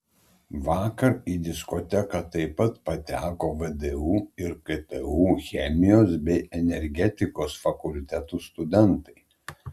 vakar į diskoteką taip pateko vdu ir ktu chemijos bei energetikos fakultetų studentai